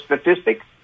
statistics